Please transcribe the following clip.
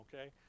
okay